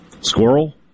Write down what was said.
Squirrel